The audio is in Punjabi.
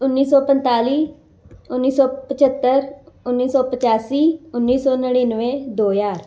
ਉੱਨੀ ਸੌ ਪੰਤਾਲੀ ਉੱਨੀ ਸੌ ਪਚੱਤਰ ਉੱਨੀ ਸੌ ਪਚਾਸੀ ਉੱਨੀ ਸੌ ਨੜਿਨਵੇਂ ਦੋ ਹਜ਼ਾਰ